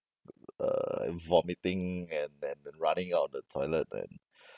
err vomiting and then running out of the toilet and